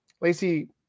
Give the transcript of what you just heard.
Lacey